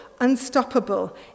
unstoppable